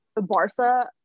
Barca